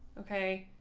ok,